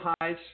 highs